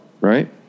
right